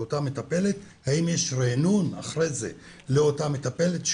אם יש ריענון אחרי זה לאותה מטפלת,